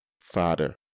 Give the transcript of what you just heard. Father